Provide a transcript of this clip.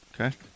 Okay